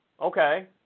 okay